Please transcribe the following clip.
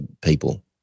people